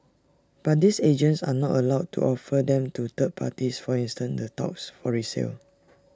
but these agents are not allowed to offer them to third parties for instance the touts for resale